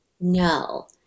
No